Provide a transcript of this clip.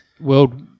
World